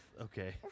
okay